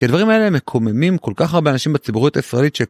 כי הדברים האלה מקוממים כל כך הרבה אנשים בציבוריות הישראלית ש...